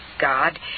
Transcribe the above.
God